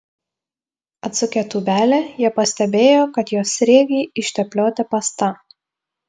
atsukę tūbelę jie pastebėjo kad jos sriegiai išteplioti pasta